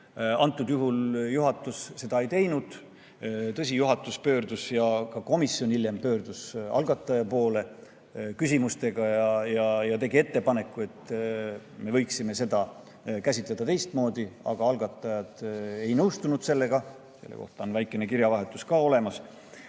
Antud juhul juhatus seda ei teinud. Tõsi, juhatus pöördus ja ka komisjon hiljem pöördus algataja poole küsimustega ja tegi ettepaneku, et me võiksime seda käsitleda teistmoodi, aga algatajad ei nõustunud sellega. Selle kohta on väikene kirjavahetus ka olemas.